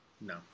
no